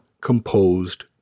composed